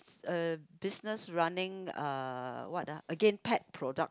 uh business running uh what ah again pet product